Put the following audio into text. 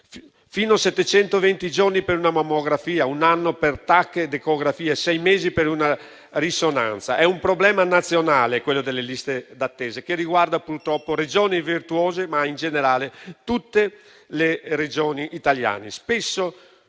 giorni per una mammografia, un anno per TAC ed ecografie, sei mesi per una risonanza. È un problema nazionale, quello delle liste d'attesa, che riguarda purtroppo Regioni virtuose, ma in generale tutte le Regioni italiane.